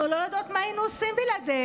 אנחנו לא יודעות מה היינו עושים בלעדיהן,